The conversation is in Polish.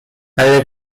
ale